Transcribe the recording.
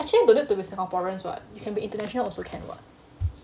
actually don't need to be singaporeans [what] you can be international also can [what]